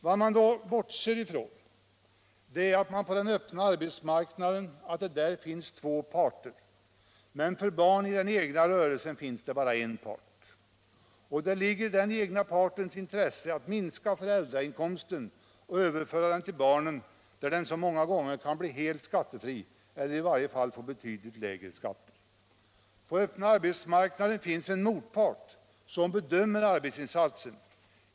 Vad man då bortser ifrån är att det på den öppna arbetsmarknaden finns två parter, men för barn i den egna rörelsen finns det bara en part. Det ligger i den partens intresse att minska föräldrainkomsten och överföra den till barnen där den många gånger kan bli helt skattefri eller i varje fall få betydligt lägre skatter. På öppna arbetsmarknaden finns en motpart som bedömer arbetsinsatsen.